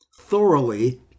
thoroughly